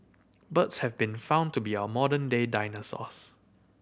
birds have been found to be our modern day dinosaurs